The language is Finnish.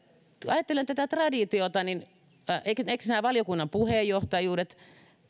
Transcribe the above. ajattelen tätä traditiota niin eivätkös nämä valiokunnan puheenjohtajuudet